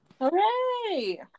Hooray